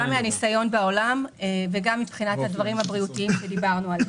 גם מהניסיון בעולם וגם מבחינת הדברים הבריאותיים שדיברנו עליהם.